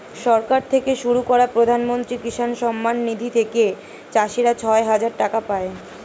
সরকার থেকে শুরু করা প্রধানমন্ত্রী কিষান সম্মান নিধি থেকে চাষীরা ছয় হাজার টাকা পায়